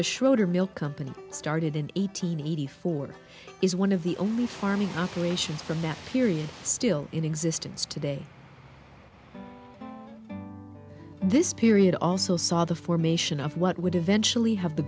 the schroeder mill company started in eighty four is one of the only farming operations from that period still in existence today this period also saw the formation of what would eventually have the